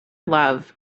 love